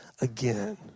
again